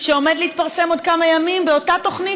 שעומד להתפרסם בעוד כמה ימים באותה תוכנית,